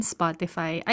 Spotify